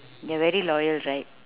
they are very loyal right